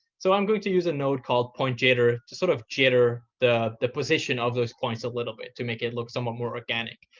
so i'm going to use a node called point jitter to sort of jitter the the position of those points a little bit to make it look somewhat more organic.